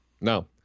No